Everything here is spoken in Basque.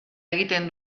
egiten